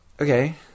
Okay